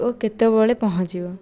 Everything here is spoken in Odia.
ଓ କେତେବଳେ ପହଞ୍ଚିବ